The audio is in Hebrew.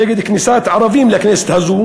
נגד כניסת ערבים לכנסת הזאת.